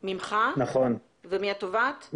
ממך ומהתובעת?